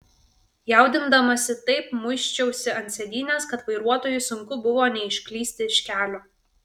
jaudindamasi taip muisčiausi ant sėdynės kad vairuotojui sunku buvo neišklysti iš kelio